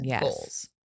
goals